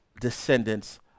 descendants